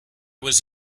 was